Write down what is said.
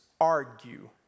argue